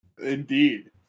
Indeed